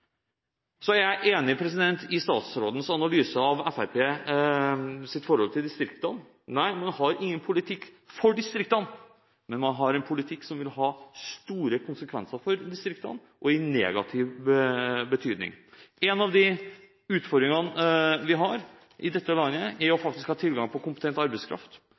Så er jeg enig i statsrådens analyse av Fremskrittspartiets forhold til distriktene. Nei, man har ingen politikk for distriktene, men man har en politikk som vil ha store konsekvenser for distriktene – og i negativ betydning. En av de utfordringene vi har i dette landet, er å ha tilgang på kompetent arbeidskraft.